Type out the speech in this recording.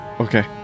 Okay